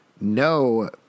No